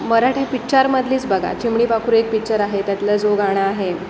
मराठी पिक्चरमधलीच बघा चिमणी पाखरं एक पिक्चर आहे त्यातलं जो गाणं आहे